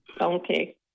Okay